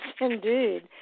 indeed